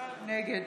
נגד